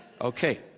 Okay